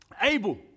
Abel